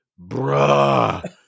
Bruh